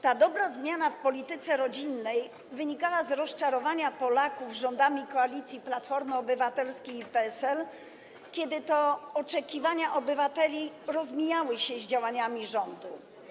Ta dobra zmiana w polityce rodzinnej wynikała z rozczarowania Polaków rządami kolacji Platformy Obywatelskiej i PSL, kiedy to oczekiwania obywateli rozmijały się z działaniami rządu.